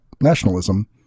nationalism